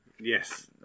Yes